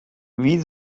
wie